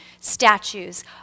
statues